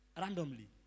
Randomly